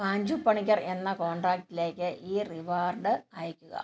പാഞ്ചു പണിക്കർ എന്ന കോൺടാക്ടിലേക്ക് ഈ റിവാർഡ് അയയ്ക്കുക